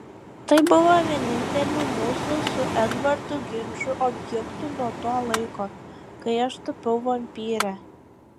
tai buvo vieninteliu mūsų su edvardu ginčų objektu nuo to laiko kai aš tapau vampyre